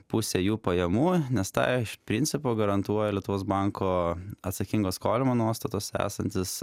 pusė jų pajamų nes tą iš principo garantuoja lietuvos banko atsakingo skolinimo nuostatuose esantis